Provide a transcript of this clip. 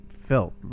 felt